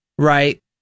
Right